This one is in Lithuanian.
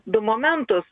du momentus